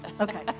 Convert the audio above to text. Okay